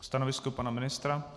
Stanovisko pana ministra?